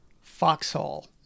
Foxhole